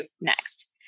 next